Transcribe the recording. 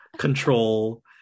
control